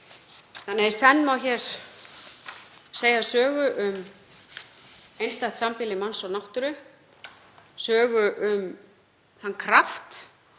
Þannig að í senn má hér segja sögu um einstakt sambýli manns og náttúru, sögu um þann kraft